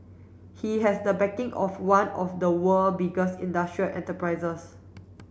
he has the backing of one of the world biggest industrial enterprises